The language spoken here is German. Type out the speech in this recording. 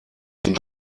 den